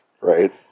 Right